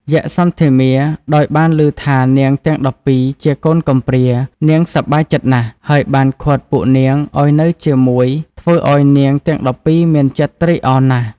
យក្ខសន្ធមារដោយបានលឺថានាងទាំង១២ជាកូនកំព្រានាងសប្បាយចិត្តណាស់ ហើយបានឃាត់ពួកនាងឲ្យនៅជាមួយធ្វើឲ្យនាងទាំង១២មានចិត្តត្រេកអរណាស់។